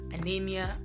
anemia